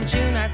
June